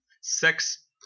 sex